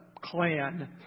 clan